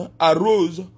arose